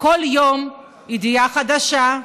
כל יום ידיעה חדשה,